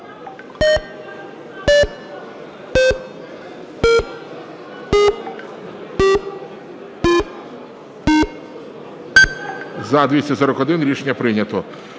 За-245 Рішення прийнято.